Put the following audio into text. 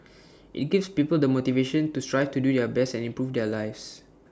IT gives people the motivation to strive to do their best and improve their lives